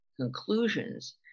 conclusions